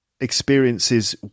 experiences